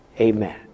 Amen